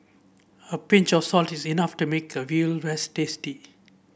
a pinch of salt is enough to make a veal rice tasty